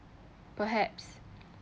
perhaps